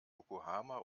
yokohama